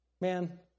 Man